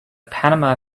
panama